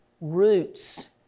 roots